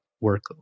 work